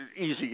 easy